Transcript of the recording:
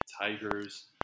Tigers